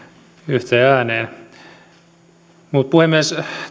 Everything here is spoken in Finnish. yhteen ääneen puhemies